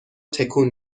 تکون